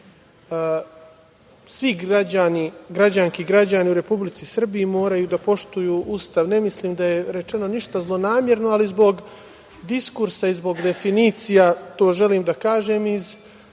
Svi građani, građanke i građani u Republici Srbiji moraju da poštuju Ustav. Ne mislim da je rečeno ništa zlonamerno, ali zbog diskursa i zbog definicija to želim da kažem iz